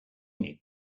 need